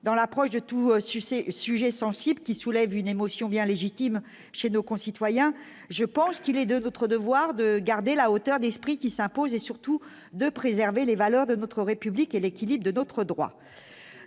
dans l'approche de tout sucé, sujet sensible qui soulève une émotion bien légitime chez nos concitoyens, je pense qu'il est de votre devoir de garder la hauteur d'esprit qui s'impose et surtout de préserver les valeurs de notre République et l'équilibre de notre droit,